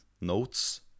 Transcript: notes